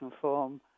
form